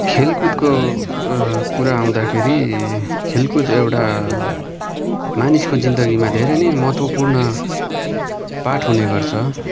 खेलकुदको कुरा आउँदाखेरि खेलकुद एउटा मानिसको जिन्दगीमा धेरै नै महत्त्वपूर्ण पाठ हुनेगर्छ